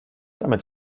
damit